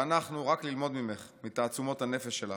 ואנחנו, רק ללמוד ממך, מתעצומות הנפש שלך.